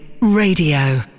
Radio